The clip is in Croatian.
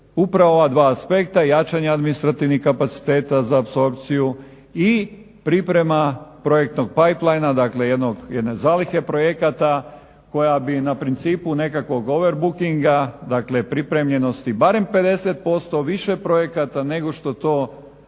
upravo ova dva aspekta, jačanje administrativnih kapaciteta za apsorpciju i priprema projektnog plajplaja, dakle jednog zalihe projekata koja bi na principu nekakvog overbookinga, dakle pripremljenosti barem 50% više projekata nego što to